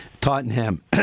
Tottenham